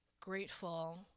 grateful